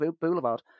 Boulevard